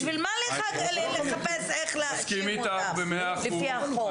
בשביל מה לחפש איך להכתים אותם לפי החוק?